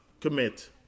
commit